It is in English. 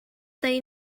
they